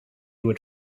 would